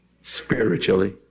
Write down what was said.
spiritually